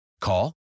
Call